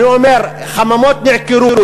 אני אומר: חממות נעקרו,